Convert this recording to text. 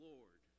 Lord